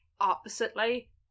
Oppositely